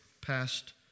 past